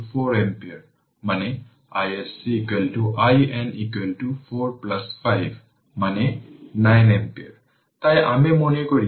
এবং সময় কনস্ট্যান্ট হল C R eq তাই R eq 100 Ω এবং C 20 মিলিফরাড তাই 20 10 এর পাওয়ার 3 ফ্যারাড তাই এটি দ্বিতীয়